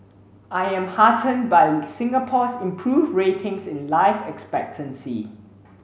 I'm heartened by Singapore's improved ratings in life expectancy